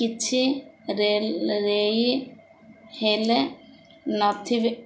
କିଛି ହେଲେ ନଥିବେ